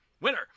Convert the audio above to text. winner